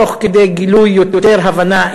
תוך כדי גילוי יותר הבנה,